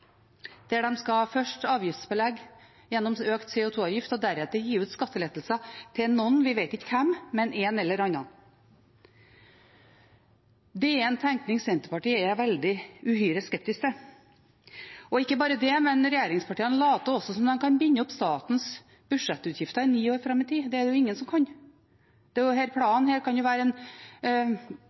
der de først skal avgiftsbelegge gjennom økt CO 2 -avgift og deretter gi skattelettelser til noen. Vi vet ikke hvem, men en eller annen. Det er en tenkning Senterpartiet er uhyre skeptisk til. Ikke bare det, men regjeringspartiene later også som om de kan binde opp statens budsjettutgifter ni år fram i tid. Det er det ingen som kan. Denne planen kan jo være uttrykk for et ønske, en